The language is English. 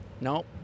Nope